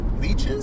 leeches